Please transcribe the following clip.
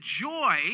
joy